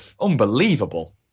unbelievable